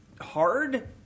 hard